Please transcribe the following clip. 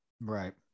Right